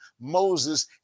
Moses